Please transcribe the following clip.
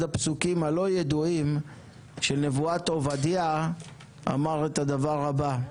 אחד הפסוקים הפחות ידועים של נבואת עובדיה אמר את הדבר הבא: